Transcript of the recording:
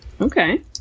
Okay